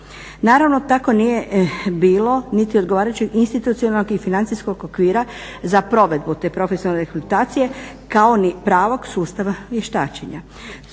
Naravno tako nije bilo niti odgovarajućeg institucionalnog i financijskog okvira za provedbu te profesionalne rehabilitacije kao ni pravog sustava vještačenja.